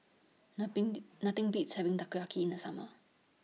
Nothing Nothing Beats having Takoyaki in The Summer